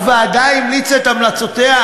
הוועדה המליצה את המלצותיה.